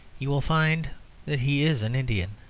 you will find that he is an indian.